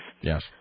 Yes